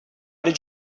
did